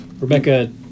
Rebecca